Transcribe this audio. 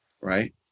right